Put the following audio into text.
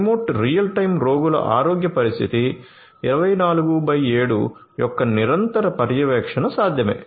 remote real time రోగుల ఆరోగ్య పరిస్థితి 24x7 యొక్క నిరంతర పర్యవేక్షణ సాధ్యమే